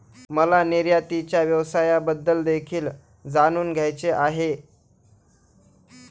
मला निर्यातीच्या व्यवसायाबद्दल देखील जाणून घ्यायचे आहे